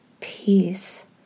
peace